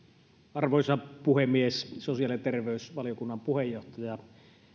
arvoisa puhemies sosiaali ja terveysvaliokunnan puheenjohtaja